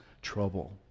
trouble